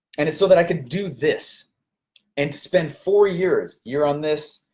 and it's so that i could do this and spend four years, year on this,